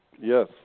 Yes